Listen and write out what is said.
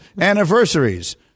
anniversaries